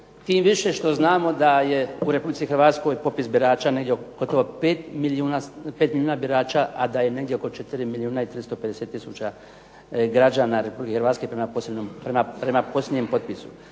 tim više što znamo da je u Republici Hrvatskoj popis birača negdje gotovo 5 milijuna birača, a da je negdje oko 4 milijuna i 350 tisuća građana Republike Hrvatske prema posljednjem potpisu.